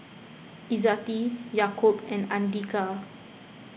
Izzati Yaakob and andika